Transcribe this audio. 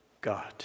God